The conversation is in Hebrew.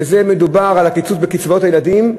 שזה הקיצוץ בקצבאות הילדים,